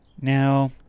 Now